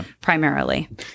primarily